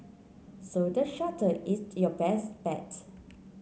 so the shuttle is your best bet